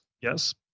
Yes